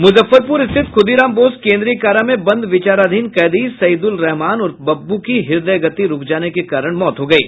मुजफ्फरपुर स्थित खुदीराम बोस केन्द्रीय कारा में बंद विचाराधीन कैदी सईदुल रहमान उर्फ बब्बू की हृदय गति रूक जाने के कारण मौत हो गयी